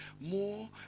more